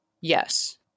Yes